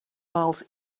miles